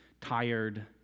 tired